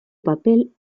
papel